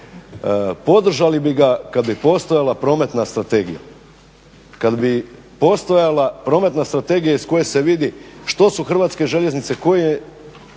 Podržali bi ga kad bi postojala prometna strategija, kad bi postojala prometna strategija iz koje se vidi što su Hrvatske željeznice, koji